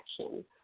action